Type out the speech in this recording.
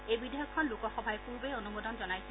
এই বিধেয়কখন লোকসভাই পূৰ্বেই অনুমোদন জনাইছিল